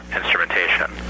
instrumentation